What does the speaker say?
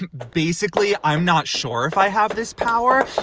and basically, i'm not sure if i have this power.